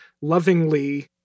lovingly